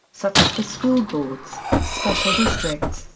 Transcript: such as for school boards, special districts,